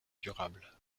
durable